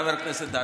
חבר הכנסת דוידסון.